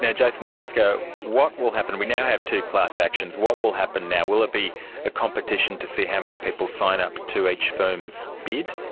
jason geisker, what will happen, we now have two class actions, what will happen now? will it be a competition to see how many people sign up to each firm's bid?